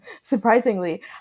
surprisingly